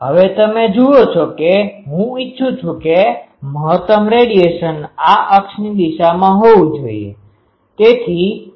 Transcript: હવે તમે જુઓ છો કે હું ઇચ્છું છું કે મહત્તમ રેડિયેશનradiationવિકિરણ આ અક્ષની દિશામાં હોવું જોઈએ